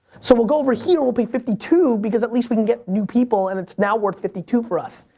so we'll go over here and we'll pay fifty two, because at least we can get new people, and it's now worth fifty two for us.